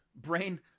Brain